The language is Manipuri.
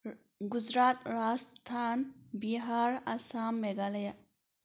ꯒꯨꯖꯔꯥꯠ ꯔꯥꯁꯊꯥꯟ ꯕꯤꯍꯥꯔ ꯑꯥꯁꯥꯝ ꯃꯦꯒꯂꯌꯥ